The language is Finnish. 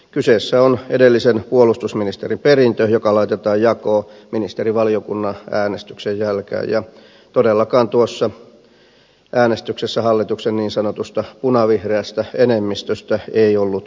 kyseessä on edellisen puolustusministerin perintö joka laitetaan jakoon ministerivaliokunnan äänestyksen jälkeen ja todellakaan tuossa äänestyksessä hallituksen niin sanotusta punavihreästä enemmistöstä ei ollut jälkeäkään